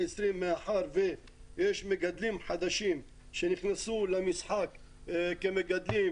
מאחר ויש מגדלים חדשים שנכנסו למשחק כמגדלים,